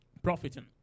profiting